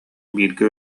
бииргэ